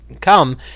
come